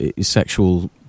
sexual